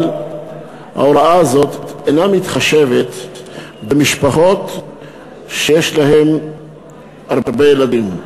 אבל ההוראה הזאת אינה מתחשבת במשפחות שיש להן הרבה ילדים,